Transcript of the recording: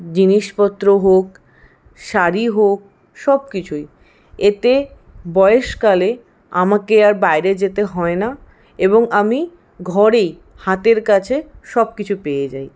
জিনিসপত্র হোক শাড়ি হোক সব কিছুই এতে বয়সকালে আমাকে আর বাইরে যেতে হয় না এবং আমি ঘরেই হাতের কাছে সব কিছু পেয়ে যাই